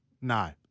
No